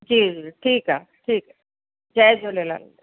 जी ठीकु आहे ठीकु आहे जय झूलेलाल